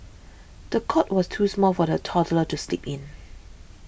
the cot was too small for the toddler to sleep in